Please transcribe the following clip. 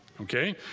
okay